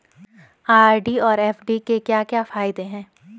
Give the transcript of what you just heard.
RD और FD के क्या क्या फायदे हैं?